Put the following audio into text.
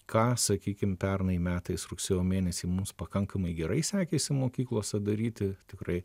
ką sakykim pernai metais rugsėjo mėnesį mus pakankamai gerai sekėsi mokyklose daryti tikrai